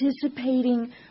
participating